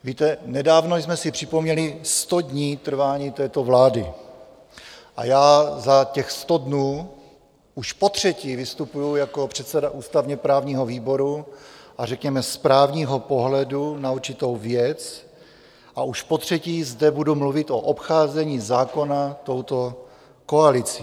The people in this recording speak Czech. Víte, nedávno jsme si připomněli 100 dní trvání této vlády a já za těch 100 dnů už potřetí vystupuji jako předseda ústavněprávního výboru a řekněme z právního pohledu na určitou věc a už potřetí zde budu mluvit o obcházení zákona touto koalicí.